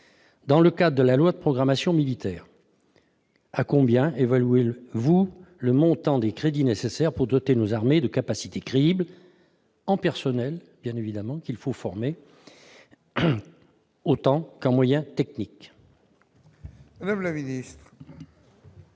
dans le cadre de la loi de programmation militaire ? À combien évaluez-vous le montant des crédits nécessaires pour doter nos armées de capacités crédibles en personnels, bien évidemment- il faut les former -, mais aussi en moyens techniques ? La parole est